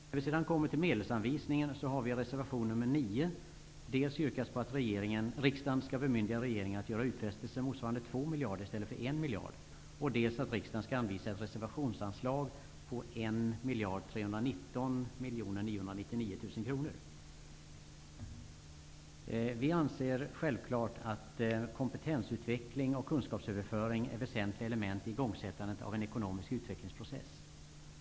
När vi sedan kommer till medelsanvisningen har vi i reservation nr 9 dels yrkat att riksdagen skall bemyndiga regeringen att göra utfästelser motsvarande 2 miljarder i stället för 1 miljard, dels att riksdagen skall anvisa ett reservationsanslag på Vi anser självfallet att kompetensutveckling och kunskapsöverföring är väsentliga element i igångsättandet av en ekonomisk utvecklingsprocess.